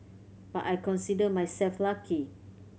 but I consider myself lucky